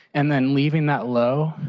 and then leaving that low,